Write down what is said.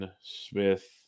Smith